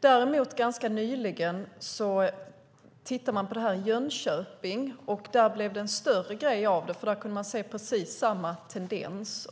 Däremot tittade man på det här ganska nyligen i Jönköping. Där blev det en större grej av det. Där kunde man se precis samma tendens.